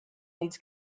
needs